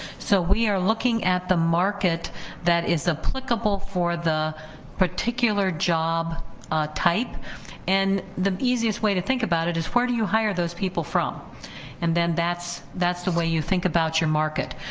so we are looking at the market that is applicable for the particular job type and the easiest way to think about it is where do you hire those people from and then that's that's the way you think about your market.